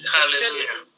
Hallelujah